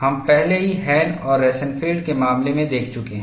हम पहले ही हैन और रोसेनफील्ड के मामले में देख चुके हैं